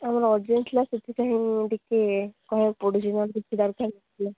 ଆମର ଅର୍ଜେଣ୍ଟ୍ ଥିଲା ସେଥିପାଇଁ ଟିକେ କହିବାକୁ ପଡ଼ୁଛି ନହେଲେ କିଛି ଦରକାର ନଥିଲା